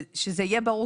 שזה יהיה ברור.